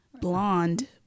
blonde